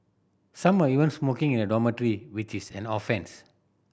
some were even smoking in the dormitory which is an offence